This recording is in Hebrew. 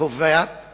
קובעת